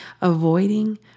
avoiding